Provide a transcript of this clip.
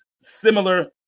similar